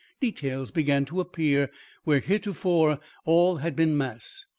details began to appear where heretofore all had been mass.